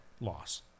Loss